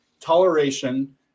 toleration